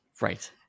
Right